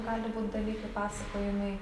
gali būt dalykų pasakojimui